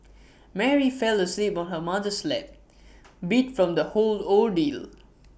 Mary fell asleep on her mother's lap beat from the whole ordeal